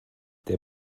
der